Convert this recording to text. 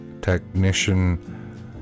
Technician